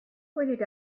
pointed